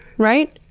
right?